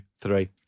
three